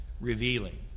revealing